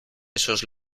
esos